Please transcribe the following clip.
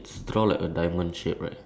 ya mine doesn't